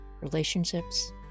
relationships